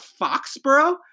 Foxborough